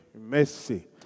mercy